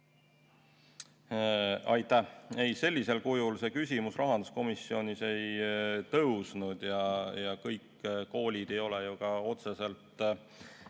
Aitäh! Ei, sellisel kujul see küsimus rahanduskomisjonis üles ei tõusnud. Kõik koolid ei ole ju ka otseselt